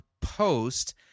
post